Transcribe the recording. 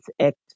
Act